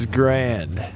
grand